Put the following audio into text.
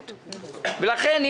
ולכן,